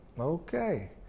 Okay